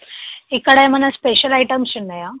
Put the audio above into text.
ఇక్కడ ఏమైనా special items ఉన్నాయా